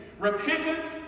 Repentance